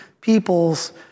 people's